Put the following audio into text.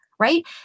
right